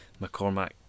McCormack